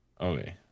Okay